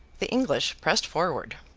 the english pressed forward.